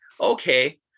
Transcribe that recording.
okay